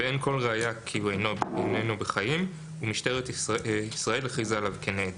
ואין כל ראיה כי הוא איננו בחיים ומשטרת ישראל הכריזה עליו כנעדר.